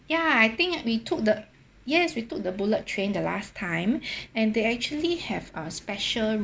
ya I think we took the yes we took the bullet train the last time and they actually have a special